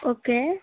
okay